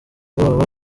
rwabo